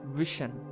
vision